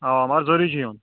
اوا مگر ضروٗری چھُ یُن